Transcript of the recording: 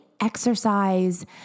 Exercise